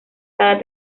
cada